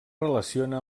relaciona